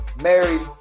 married